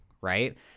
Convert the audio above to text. right